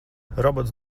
robots